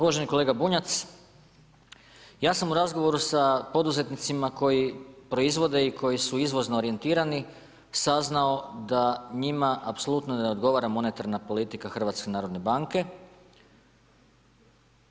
Uvaženi kolega Bunjac, ja sam u razgovoru sa poduzetnicima koji proizvode i koji su izvozno orijentirani saznao da njima apsolutno ne odgovara monetarna politika HNB-a.